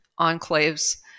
enclaves